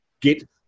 get